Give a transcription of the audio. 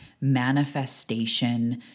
manifestation